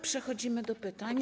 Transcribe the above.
Przechodzimy do pytań.